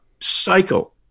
cycle